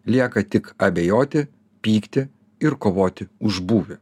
lieka tik abejoti pyktį ir kovoti už būvį